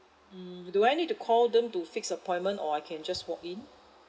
mm do I need to call them to fix appointment or I can just walk in